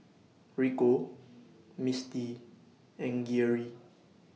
Rico Misti and Geary